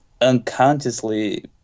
unconsciously